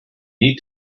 need